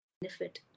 benefit